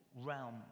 realm